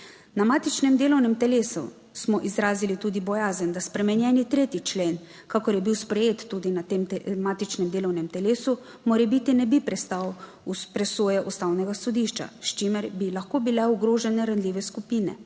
Na matičnem delovnem telesu smo izrazili tudi bojazen, da spremenjeni 3. člen, kakor je bil sprejet tudi na tem matičnem delovnem telesu, morebiti ne bi prestal presoje Ustavnega sodišča, s čimer bi lahko bile ogrožene ranljive skupine,